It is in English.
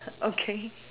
okay